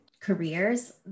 careers